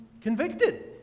convicted